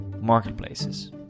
marketplaces